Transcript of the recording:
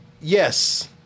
yes